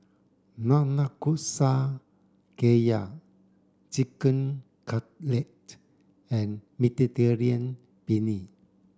Nanakusa Gayu Chicken Cutlet and Mediterranean Penne